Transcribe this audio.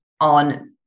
On